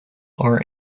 our